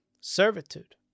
Servitude